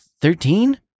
Thirteen